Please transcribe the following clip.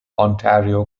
ontario